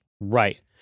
Right